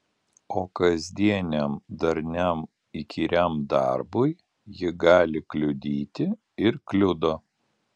o kasdieniam darniam įkyriam darbui ji gali kliudyti ir kliudo